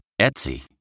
Etsy